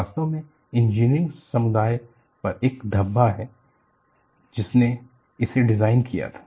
वास्तव में इंजीनियरिंग समुदाय पर एक धब्बा है जिसने इसे डिजाइन किया था